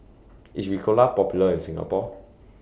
IS Ricola Popular in Singapore